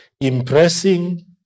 impressing